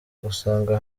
gusanga